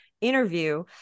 interview